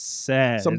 sad